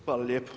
Hvala lijepo.